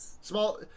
small